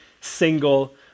single